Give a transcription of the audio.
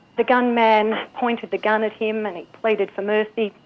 the gunman pointed the gun at him and he pleaded for mercy,